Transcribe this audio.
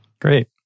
Great